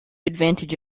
advantage